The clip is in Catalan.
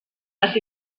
les